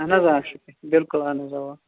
اَہَن حظ آ شُپین بِلکُل اہَن حظ اوا